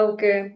Okay